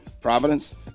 Providence